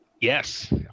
Yes